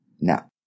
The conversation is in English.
Now